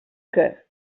que